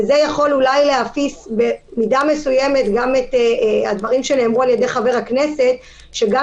זה גם יכול להפיס במידה מסוימת את חבר הכנסת גינזבורג,